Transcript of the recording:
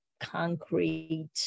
concrete